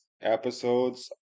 episodes